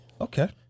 Okay